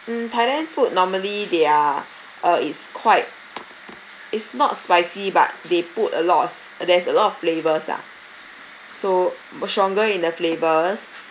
mm thailand food normally they are uh it's quite it's not spicy but they put a lot of there's a lot of flavours lah so stronger in the flavours